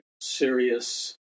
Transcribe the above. serious